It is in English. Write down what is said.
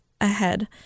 ahead